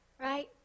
Right